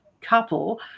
couple